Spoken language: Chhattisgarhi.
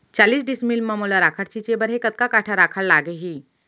चालीस डिसमिल म मोला राखड़ छिंचे बर हे कतका काठा राखड़ लागही?